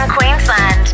Queensland